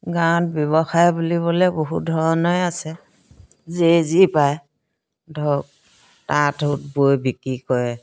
গাঁৱত ব্যৱসায় বুলিবলে বহু ধৰণৰে আছে যেয়ে যি পায় ধৰক তাঁত ওঠ বৈ বিক্ৰী কৰে